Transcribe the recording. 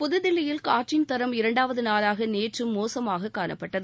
புதுதில்லியில்ன காற்றின் தரம் இரண்டாவது நாளாக நேற்றும் மோசமாக காணப்பட்டது